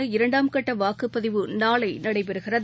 மேற்கு இரண்டாம் கட்டவாக்குப்பதிவு நாளைநடைபெறுகிறது